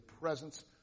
presence